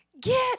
get